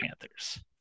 Panthers